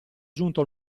giunto